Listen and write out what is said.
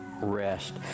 rest